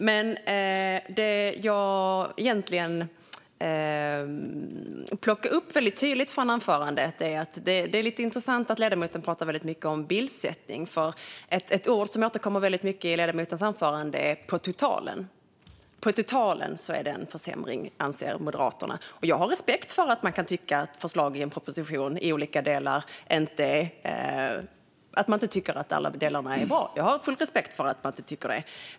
Det jag egentligen plockade upp som jag tyckte var tydligt i anförandet var att ledamoten pratade mycket om bildsättning, och ett uttryck som återkom väldigt mycket var "på totalen". På totalen är det en försämring, anser Moderaterna. Jag har respekt för att man kan tycka att alla delar och förslag i en proposition inte är bra. Jag har full respekt för det.